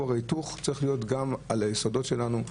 כור היתוך צריך להיות גם על היסודות שלנו,